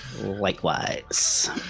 Likewise